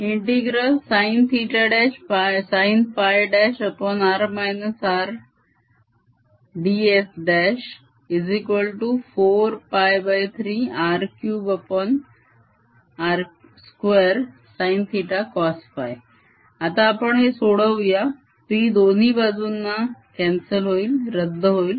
sinsinϕ।r R।ds4π3R3r2sinθcosϕ आता आपण हे सोडवूया p दोन्ही बाजूना cancel रद्द होईल